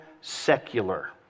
secular